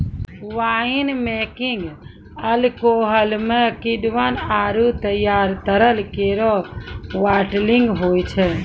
wine making alcohol म किण्वन आरु तैयार तरल केरो बाटलिंग होय छै